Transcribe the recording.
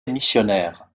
missionnaire